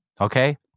Okay